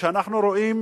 וכשאנחנו רואים